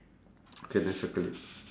okay then circle it